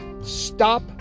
stop